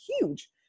huge